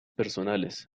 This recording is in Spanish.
personales